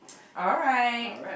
alright